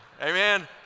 Amen